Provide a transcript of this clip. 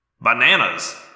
Bananas